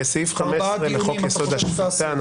4 דיונים --- בסעיף 15 לחוק-יסוד: השפיטה,